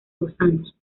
gusanos